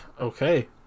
Okay